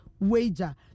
wager